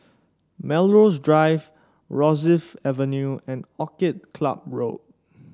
Melrose Drive Rosyth Avenue and Orchid Club Road